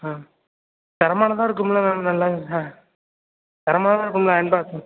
ஆ தரமானதாக இருக்குமில மேம் நல்லதாக தரமானதாக இருக்குமில அயன் பாக்ஸ்